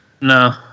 No